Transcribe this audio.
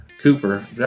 cooper